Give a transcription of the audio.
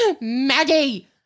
Maggie